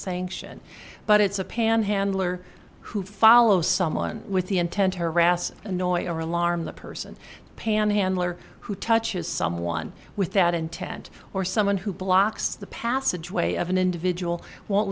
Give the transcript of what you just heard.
sanction but it's a panhandler who follow someone with the intent to harass annoy or alarm the person panhandler who touches someone without intent or someone who blocks the passageway of an individual won't